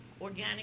organic